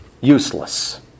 useless